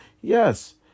Yes